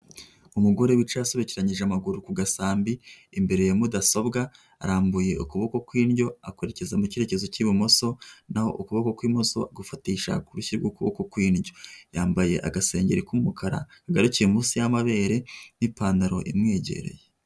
Umugore wica yasebekekiranyije amaguru ku gasambi imbere ya mudasobwa arambuye ukuboko kw'indyo akwerekeza mu cyerekezo cy'ibumoso, naho ukuboko kw'imoso gufatisha urushyi rw'ukuboko kw'indyo, yambaye agasengenge k'umukara kagarukiye munsi y'amabere n'ipantaro imwegereye.